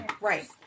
Right